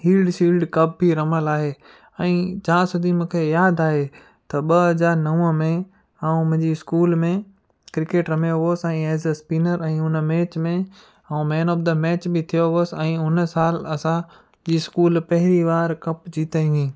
heeled shield cup बि रमल आहे ऐं जा सुधी मूंखे यादि आहे त ॿ हज़ार नव में आउं मुंहिंजी स्कूल में क्रिकेट रमियो हुअसि ऐं एज़ अ स्पिनर ऐं हुन मैच में आउं मेन ऑफ़ द मैच बि थियो हुअसि ऐं हुन साल असांजी स्कूल पहिरीं वार कप जीती हुई